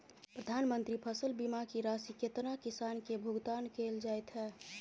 प्रधानमंत्री फसल बीमा की राशि केतना किसान केँ भुगतान केल जाइत है?